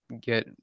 get